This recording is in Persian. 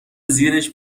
زیرش